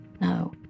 no